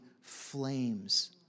flames